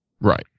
Right